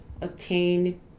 obtain